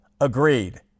Agreed